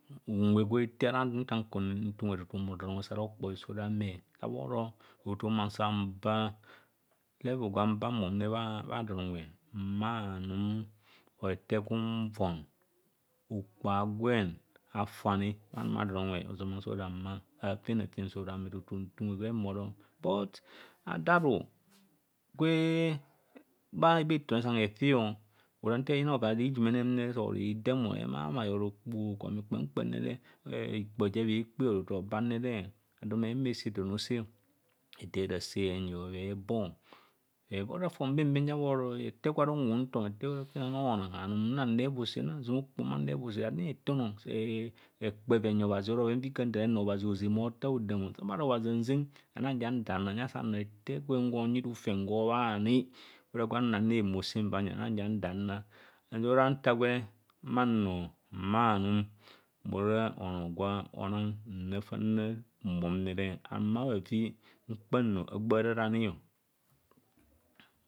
Unwe gwe etee ara nta nkuro nte unwe tu tu mbhoro don unwe sa rokpoi so ora ame sa bhoro tu tu mba level gwa mbam mone bha- don unwe mma aanum, ɛte gwe unvoo okpo ho agwen atu ani bha anome don unwe bho hunfi. tu tu nte unwe gwem mbhoro. Aafen so ora mma. But a do aru kwe bha ithune san hefi nta eyina ekpa hovob ara unjumene ro sa oro hedaam, oro okpo agwen bheeda. Ikpoha haja bhekpe tutu oba mum ano ado mee humor ess don a ose, edeb rase henyi bhebo, ora fon bem bem aja bhoro ete gwe ora unupe hunthom, ete fenana honang anum nranreb bhore, nra zuma okpoho, mma nreb ase. Ami hethun, sa ekpo enyi obhazi ora bhoven fa ika nthaar nno, obhazi ozena mma otta hodaam o. Mma nra obhazi hanzeng ani hanja daa nar. Ora bhanthaa gwene ma ona nro mma anum mona nra fa nra mom ani.